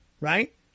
right